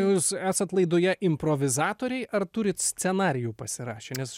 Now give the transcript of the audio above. jūs esat laidoje improvizatoriai ar turit scenarijų pasirašę nes